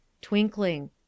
Twinkling